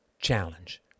challenge